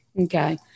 Okay